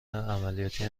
عملیاتی